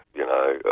you know.